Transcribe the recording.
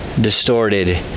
distorted